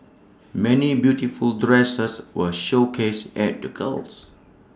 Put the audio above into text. many beautiful dresses were showcased at the goals